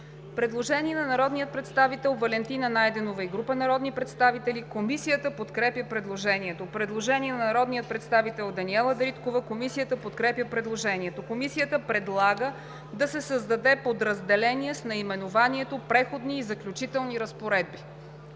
Предложение на народния представител Валентина Найденова и група народни представители. Комисията подкрепя предложението. Предложение на народния представител Даниела Дариткова. Комисията подкрепя предложението. Комисията предлага да се създаде подразделение с наименование „Преходни и заключителни разпоредби“.